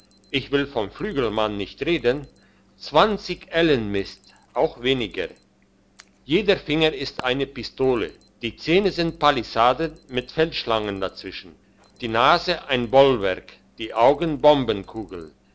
ich will vom flügelmann nicht reden zwanzig ellen misst auch weniger jeder finger ist eine pistole die zähne sind pallisaden mit feldschlangen dazwischen die nase ein bollwerk die augen